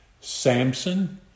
Samson